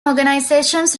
organizations